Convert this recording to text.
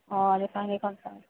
অঁ